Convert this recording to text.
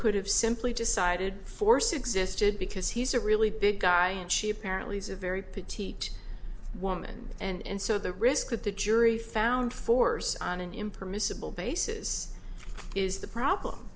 could have simply decided force existed because he's a really big guy and she apparently is a very petite woman and so the risk that the jury found force on an impermissible basis is the problem